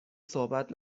صحبت